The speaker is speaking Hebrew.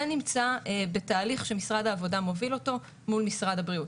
זה נמצא בתהליך שמשרד העבודה מוביל אותו מול משרד הבריאות.